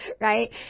right